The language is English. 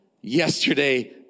Yesterday